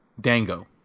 Dango